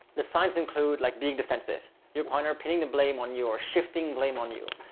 the signs include like being defensive. you're pointing are pinning the blame on you or shifting blame on you,